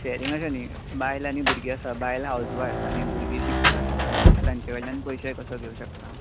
sharing अशें न्ही बायल आनी भुरगी आसात बायल हाऊसवाइफ आनी भुरगीं शिकतात तांचे कडल्यान पयशे कसो घेवं शकता हांव